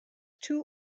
two